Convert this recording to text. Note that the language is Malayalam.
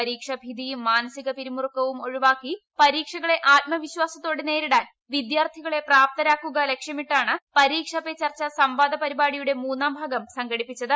പരീക്ഷാ ഭീതിയും മാനസിക പിരിമുറുക്കവും ഒഴിവാക്കി പരീക്ഷകളെ ആത്മവിശ്വാസത്തോടെ നേരിടാൻ വിദ്യാർത്ഥികളെ പ്രാപ്തരാക്കുക ലക്ഷ്യമിട്ടാണ് പരീക്ഷാ പേ ചർച്ച സംവാദ പരിപാടിയുടെ മൂന്നാം ഭാഗം സംഘടിപ്പിച്ചത്